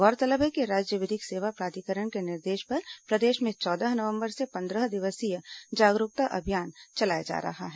गौरतलब है कि राज्य विधिक सेवा प्राधिकरण के निर्देश पर प्रदेश में चौदह नवंबर से पंद्रह दिवसीय जागरूकता अभियान चलाया जा रहा है